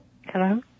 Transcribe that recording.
Hello